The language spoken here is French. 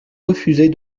refusez